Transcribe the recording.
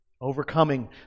overcoming